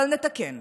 אבל נתקן,